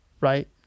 right